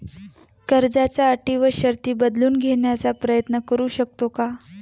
कर्जाच्या अटी व शर्ती बदलून घेण्याचा प्रयत्न करू शकतो का?